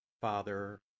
Father